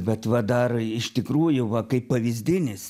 bet va dar iš tikrųjų va kaip pavyzdinis